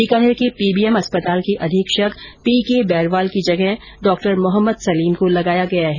बीकानेर के पीबीएम अस्पताल के अधीक्षक पी के बेरवाल की जगह डॉ मोहम्मद सलीम को लगाया गया है